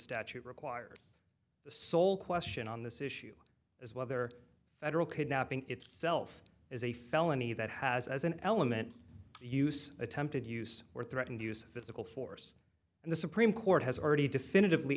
statute requires the sole question on this issue is whether federal kidnapping itself is a felony that has as an element use attempted use or threatened use physical force and the supreme court has already definitively